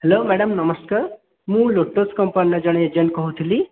hello madam ନମସ୍କାର ମୁଁ lotus କମ୍ପାନୀର ଜଣେ ଏଜେଣ୍ଟ୍ କହୁଥିଲି